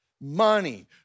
money